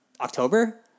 October